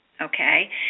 okay